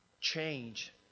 change